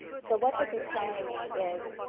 so what this is telling me is,